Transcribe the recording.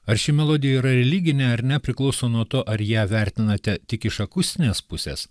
ar ši melodija yra religinė ar ne priklauso nuo to ar ją vertinate tik iš akustinės pusės